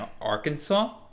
Arkansas